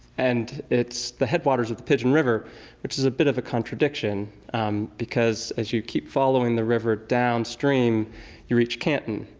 and it's the headwaters of the pigeon river which is a bit of a contradiction because as you keep following the river downstream you reach canton,